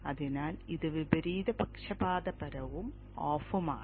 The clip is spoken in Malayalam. അതിനാൽ ഇത് വിപരീത പക്ഷപാതപരവും ഓഫുമാണ്